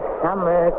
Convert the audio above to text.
summer